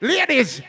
Ladies